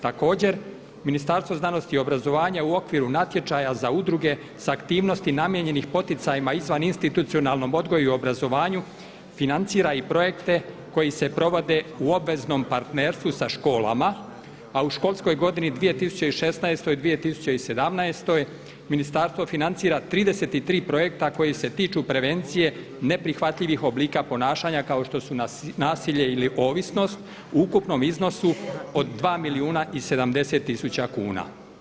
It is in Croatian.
Također Ministarstvo znanosti i obrazovanja u okviru natječaja za udruge sa aktivnosti namijenjenih poticajima izvan institucionalnom odgoju i obrazovanju financira i projekte koji se provode u obveznom partnerstvu sa školama, a u školskoj godini 2016./2017. ministarstvo financira 33 projekta koji se tiču prevencije neprihvatljivih oblika ponašanja kao što su nasilje ili ovisnost u ukupnom iznosu od 2 milijuna i 70 tisuća kuna.